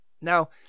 Now